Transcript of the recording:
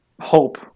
Hope